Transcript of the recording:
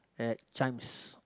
at Chijmes